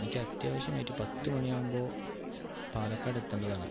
എനിക്കത്യാവശ്യമായിട്ട് പത്ത് മണിയാകുമ്പോൾ പാലക്കാടെത്തേണ്ടതാണ്